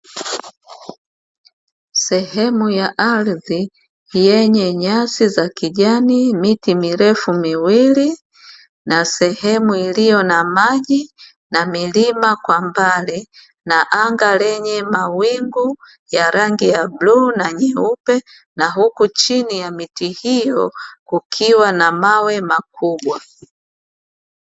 Sehemu ya ardhi yenye nyasi za kijani, miti mirefu miwili na sehemu iliyo na maji na milima kwa mbali, na anga lenye mawingu ya rangi ya bluu na nyeupe, na huku chini ya miti hiyo kukiwa na mawe makubwa.